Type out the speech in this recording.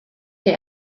der